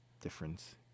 difference